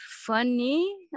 funny